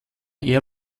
eher